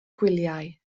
gwyliau